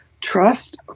trust